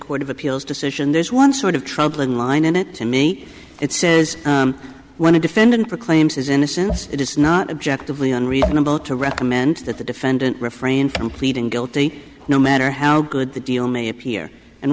court of appeals decision there's one sort of troubling line in it to me it says when a defendant proclaimed his innocence it is not objectively unreasonable to recommend that the defendant refrain from pleading guilty no matter how good the deal may appear